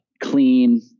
clean